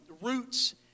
roots